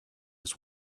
his